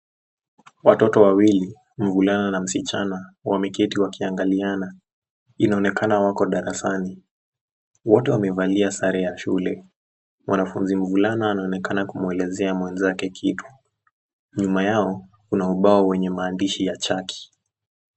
Watoto wawili, mvulana na msichana wameketi wakiangaliana. Inaonekana wako darasani. Wote wamevalia sare ya shule. Mwanafunzi mvulana anaonekana kumwelezea mwenzake kitu. Nyuma yao kuna ubao wenye maandishi ya chaki.